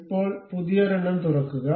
ഇപ്പോൾ പുതിയൊരെണ്ണം തുറക്കുക